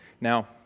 Now